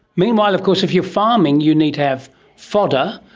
meanwhile of course if you are farming you need to have fodder,